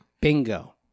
Bingo